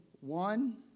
one